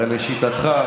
לשיטתך,